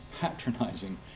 patronizing